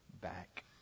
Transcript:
back